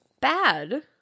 bad